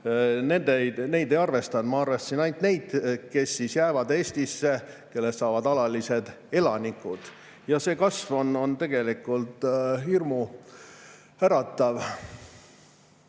neid ei arvestanud. Ma arvestasin ainult neid, kes jäävad Eestisse, kellest saavad alalised elanikud. Ja see kasv on tegelikult hirmuäratav. Ja